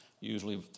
usually